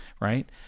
right